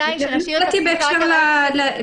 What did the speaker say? לפי העניין,